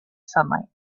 sunlight